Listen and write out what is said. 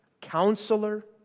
Counselor